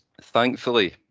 Thankfully